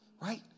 right